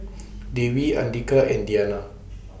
Dewi Andika and Diyana